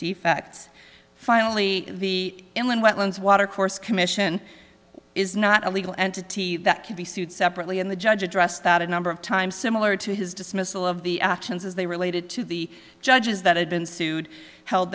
defects finally the inland wetlands watercourse commission is not a legal entity that can be sued separately and the judge addressed that a number of times similar to his dismissal of the actions as they related to the judges that had been sued held